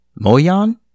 Moyan